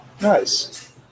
nice